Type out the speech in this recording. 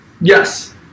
Yes